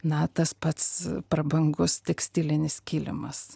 na tas pats prabangus tekstilinis kilimas